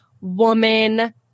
woman